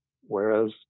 Whereas